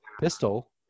pistol